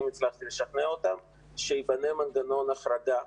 הצלחתי לשכנע אותם שייבנה מנגנון החרגה,